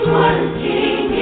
working